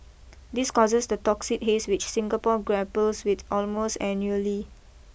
this causes the toxic haze which Singapore grapples with almost annually